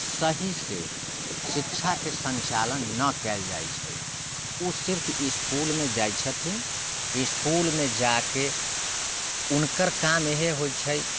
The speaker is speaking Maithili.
सहीसँ शिक्षाके सञ्चालन नहि कएल जाइ छै ओ सिर्फ इसकुलमे जाइ छथिन इसकुलमे जाकऽ हुनकर काम इएह होइ छै